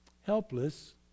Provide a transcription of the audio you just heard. helpless